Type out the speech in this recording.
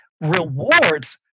Rewards